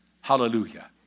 Hallelujah